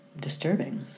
disturbing